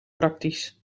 praktisch